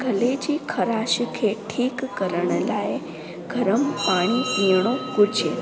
गले जी ख़राश खे ठीक करण लाइ गरम पाणी पीअणो घुरिजे